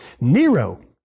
Nero